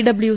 W